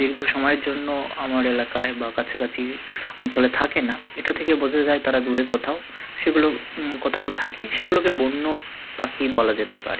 দীর্ঘ সময়ের জন্য আমার এলাকায় বা কাছাকাছি অঞ্চলে থাকে না এটা থেকে বোঝা যায় তারা দূরে কোথাও সেগুলো কোথাও থাকে সেগুলোকে বন্য পাখি বলা যেতে পারে